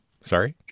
Sorry